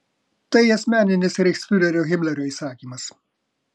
tai asmeninis reichsfiurerio himlerio įsakymas